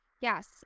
Yes